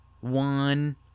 one